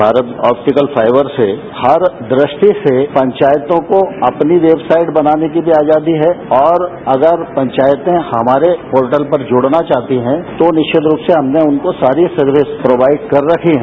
Bharat optical fibre से हर दृष्टि से पंचायतों को अपनी वेबसाइट बनाने की आजादी है और अगर पंचायतें हमारे पोर्टल पर जुड़ना चाहती हैं तो निश्चित रूप से हमने उनको सारी सर्विस प्रोवाइड कर रखी हैं